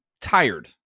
tired